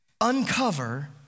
uncover